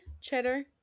cheddar